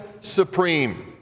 supreme